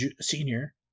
senior